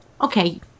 Okay